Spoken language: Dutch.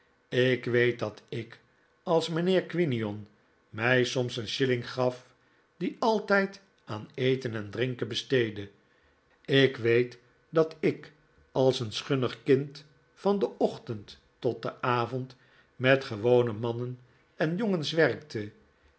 ik weet dat ik als mijnheer quinion mij soms een shilling gaf dien altijd aan eten en drinken besteedde ik weet dat ik als een schunnig kind van den ochtend tot den avond met gewone mannen en jongens werkte